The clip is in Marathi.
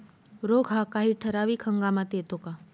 रोग हा काही ठराविक हंगामात येतो का?